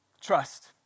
trust